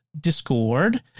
Discord